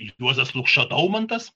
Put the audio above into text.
juozas lukša daumantas